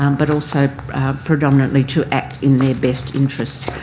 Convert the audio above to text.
um but also predominantly to act in their best interests.